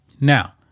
Now